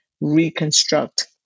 reconstruct